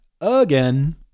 Again